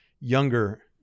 younger